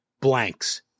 blanks